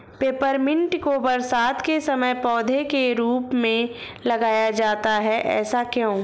Peppermint को बरसात के समय पौधे के रूप में लगाया जाता है ऐसा क्यो?